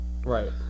Right